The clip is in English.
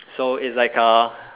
so it's like uh